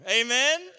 Amen